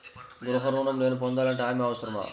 గృహ ఋణం నేను పొందాలంటే హామీ అవసరమా?